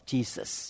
Jesus